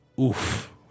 oof